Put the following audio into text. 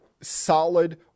solid